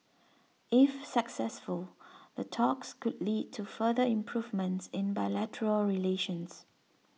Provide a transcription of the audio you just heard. if successful the talks could lead to further improvements in bilateral relations